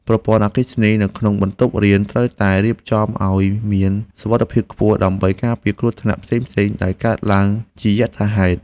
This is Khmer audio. ប្រព័ន្ធអគ្គិសនីនៅក្នុងបន្ទប់រៀនត្រូវតែរៀបចំឱ្យមានសុវត្ថិភាពខ្ពស់ ដើម្បីការពារគ្រោះថ្នាក់ផ្សេងៗដែលកើតឡើងជាយថាហេតុ។